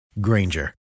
Granger